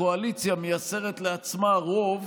הקואליציה מייצרת לעצמה רוב